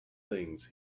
things